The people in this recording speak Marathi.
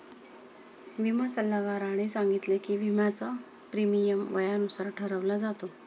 विमा सल्लागाराने सांगितले की, विम्याचा प्रीमियम वयानुसार ठरवला जातो